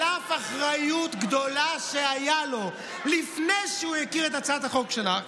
על אף אחריות גדולה שהייתה לו לפני שהוא הכיר את הצעת החוק שלך,